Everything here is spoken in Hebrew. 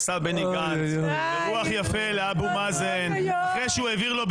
עשה בני גנץ אירוח יפה לאבו מאזן אחרי ------- שהוא העביר לו,